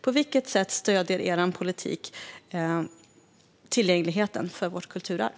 På vilket sätt stöder er politik tillgängligheten till vårt kulturarv?